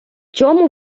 чому